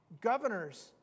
Governors